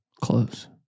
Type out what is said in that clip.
close